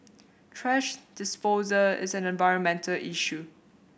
thrash disposal is an environmental issue